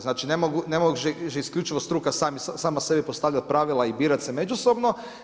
Znači, ne može isključivo struka sama sebi postavljati pravila i birati se međusobno.